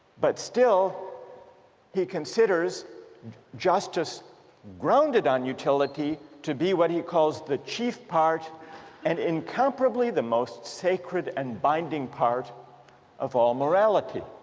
but still he considers justice grounded on utility to be what he calls the chief part and incomparably the most sacred and binding part of all morality.